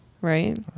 right